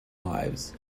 lives